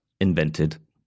invented